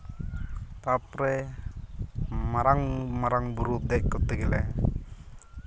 ᱛᱟᱨᱯᱚᱨᱮ ᱢᱟᱨᱟᱝ ᱢᱟᱨᱟᱝ ᱵᱩᱨᱩ ᱛᱮ ᱛᱮᱜᱮᱞᱮ